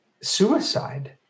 suicide